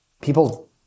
people